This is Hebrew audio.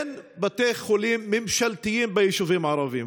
אין בתי חולים ממשלתיים ביישובים הערביים.